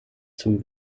zum